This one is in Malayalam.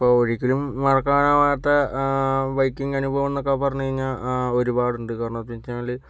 ഇപ്പോൾ ഒരിക്കലും മറക്കാനാവാത്ത ബൈക്കിങ് അനുഭവം എന്നൊക്കെ പറഞ്ഞുകഴിഞ്ഞാൽ ഒരുപാടുണ്ട് കാരണമെന്നുവെച്ചുകഴിഞ്ഞാൽ